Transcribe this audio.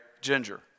ginger